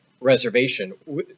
reservation